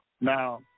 Now